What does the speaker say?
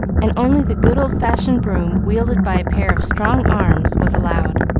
and only the good old-fashioned broom, wielded by a pair of strong arms, was allowed.